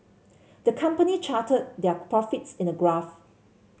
the company charted their profits in a graph